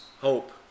hope